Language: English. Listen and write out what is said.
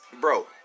bro